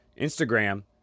Instagram